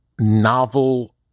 novel